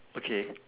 okay